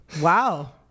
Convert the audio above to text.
Wow